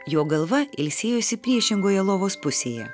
jo galva ilsėjosi priešingoje lovos pusėje